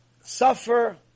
suffer